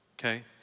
Okay